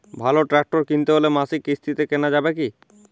ভালো ট্রাক্টর কিনতে হলে মাসিক কিস্তিতে কেনা যাবে কি?